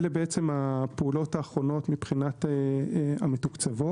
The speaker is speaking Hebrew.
אלה הפעולות האחרונות מבחינת המתוקצבות.